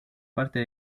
parte